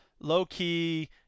low-key